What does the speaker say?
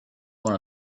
wanna